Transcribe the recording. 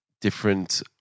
different